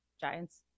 Giants